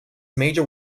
major